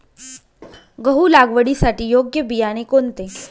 गहू लागवडीसाठी योग्य बियाणे कोणते?